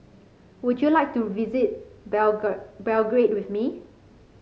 would you like to visit Belgrade with me